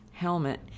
helmet